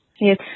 Yes